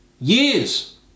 Years